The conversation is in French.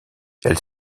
elles